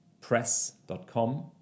press.com